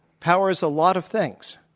power is a lot of things.